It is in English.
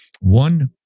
One